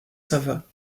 sava